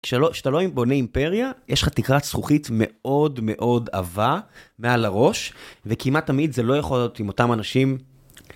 כשאתה לא עם בוני אימפריה, יש לך תקרת זכוכית מאוד מאוד עבה מעל הראש, וכמעט תמיד זה לא יכול להיות עם אותם אנשים.